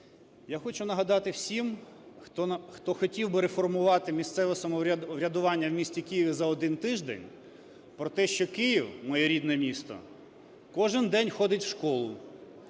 Я хочу нагадати всім, хто хотів би реформувати місцеве врядування в місті Києві за один тиждень, про те, що Київ, моє рідне місто, кожен день ходить в школу,